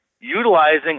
utilizing